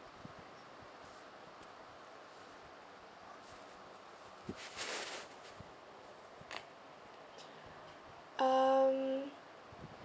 um